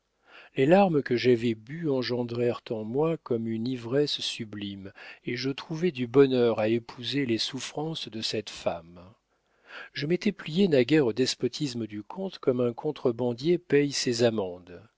les larmes que j'avais bues engendrèrent en moi comme une ivresse sublime et je trouvai du bonheur à épouser les souffrances de cette femme je m'étais plié naguère au despotisme du comte comme un contrebandier paie ses amendes